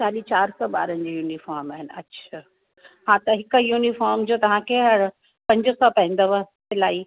साढी चारि सौ ॿारनि जी यूनीफ़ॉर्म आहिनि अच्छा हा त हिक यूनीफ़ॉर्म जो तव्हांखे पंज सौ पवंदव सिलाई